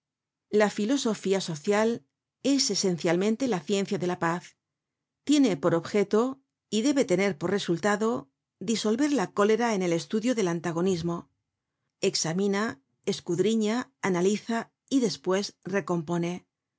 la filosofía social es esencialmente la ciencia de la paz tiene por objeto y debe tener por resultado disolver la cólera en el estudio del antagonismo examina escudriña analiza y despues recompone